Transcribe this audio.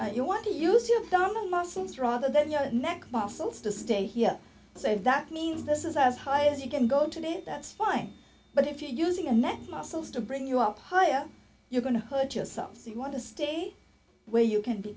up you want to use you have down the muscles rather then your neck muscles to stay here so that means this is as high as you can go today that's fine but if you're using a neck muscles to bring you up higher you're going to hurt yourself so you want to stay where you can be